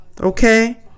Okay